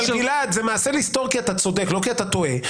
זה מעשה לסתור כי אתה צודק, לא כי אתה טועה.